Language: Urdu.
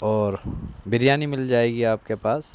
اور بریانی مل جائے گی آپ کے پاس